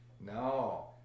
No